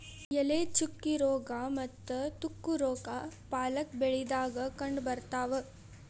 ಎಲೆ ಚುಕ್ಕಿ ರೋಗಾ ಮತ್ತ ತುಕ್ಕು ರೋಗಾ ಪಾಲಕ್ ಬೆಳಿದಾಗ ಕಂಡಬರ್ತಾವ